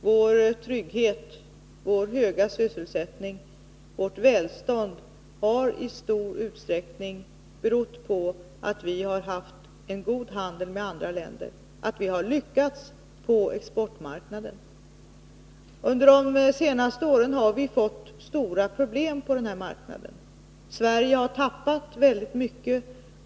Vår trygghet, vår höga sysselsättning, vårt välstånd har i stor utsträckning berott på att vi har haft en god handel med andra länder, att vi har lyckats på exportmarknaden. Under de senaste åren har vi fått stora problem på denna marknad. Sverige har tappat mycket.